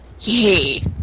Yay